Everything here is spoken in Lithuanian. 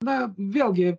na vėlgi